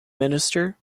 minister